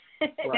Right